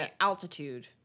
altitude